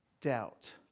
doubt